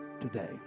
today